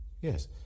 yes